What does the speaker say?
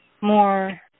more